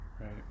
Right